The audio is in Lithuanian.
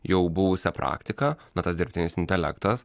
jau buvusią praktiką na tas dirbtinis intelektas